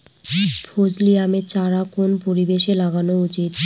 ফজলি আমের চারা কোন পরিবেশে লাগানো উচিৎ?